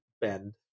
bend